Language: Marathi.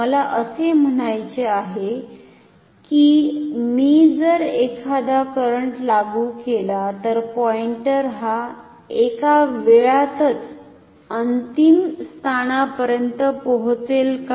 मला असे म्हणायचे आहे की मी जर एखादा करंट लागू केला तर पॉईंटर हा एका वेळातच अंतिम स्थानापर्यंत पोहोचेल का